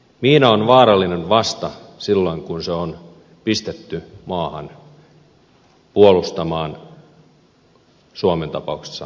miina on vaarallinen vasta silloin kun se on pistetty maahan puolustamaan suomen tapauksessa hyökkääjää vastaan